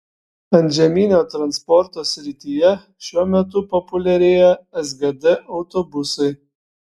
antžeminio transporto srityje šiuo metu populiarėja sgd autobusai